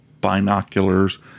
binoculars